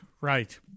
right